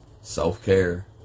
Self-care